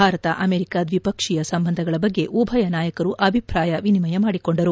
Bharat America ದ್ವಿಪಕ್ಷೀಯ ಸಂಬಂಧಗಳ ಬಗ್ಗೆ ಉಭೆಯ ನಾಯಕರು ಅಭಿಪ್ರಾಯ ವಿನಿಮಯ ಮಾಡಿಕೊಂಡರು